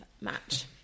match